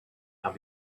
and